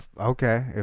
Okay